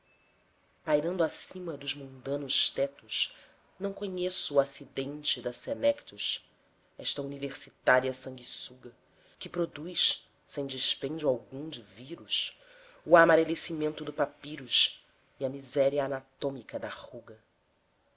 pairando acima dos mundanos tetos não conheço o acidente da senectus esta universitária sanguessuga que produz sem dispêndio algum de vírus o amarelecimento do papirus e a miséria anatômica da ruga